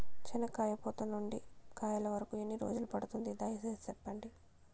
చెనక్కాయ పూత నుండి కాయల వరకు ఎన్ని రోజులు పడుతుంది? దయ సేసి చెప్పండి?